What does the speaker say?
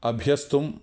अभ्यस्तुम्